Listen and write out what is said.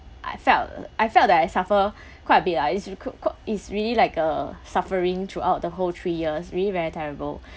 I felt I felt that I suffer quite a bit lah it's you ke~ ke~ it's really like a suffering throughout the whole three years really very terrible